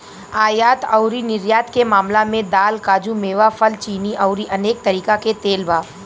आयात अउरी निर्यात के मामला में दाल, काजू, मेवा, फल, चीनी अउरी अनेक तरीका के तेल बा